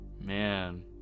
man